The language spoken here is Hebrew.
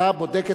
אתה בודק את